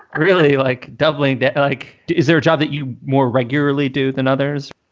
really like doubling that like, is there a job that you more regularly do than others?